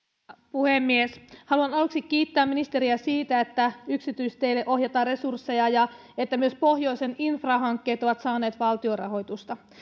puhemies haluan aluksi kiittää ministeriä siitä että yksityisteille ohjataan resursseja ja että myös pohjoisen infrahankkeet ovat saaneet valtion rahoitusta